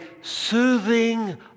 soothing